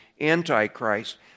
Antichrist